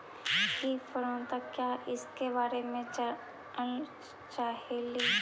कीट प्रबनदक क्या है ईसके बारे मे जनल चाहेली?